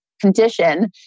condition